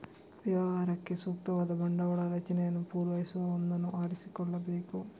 ವ್ಯವಹಾರಕ್ಕೆ ಸೂಕ್ತವಾದ ಬಂಡವಾಳ ರಚನೆಯನ್ನು ಪೂರೈಸುವ ಒಂದನ್ನು ಆರಿಸಿಕೊಳ್ಳಬೇಕು